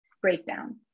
breakdown